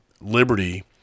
liberty